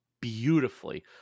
beautifully